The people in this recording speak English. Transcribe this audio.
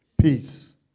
Peace